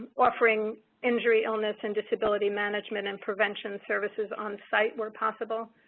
offering injury, illness and disability management and prevention services on-site where possible,